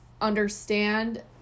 understand